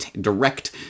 direct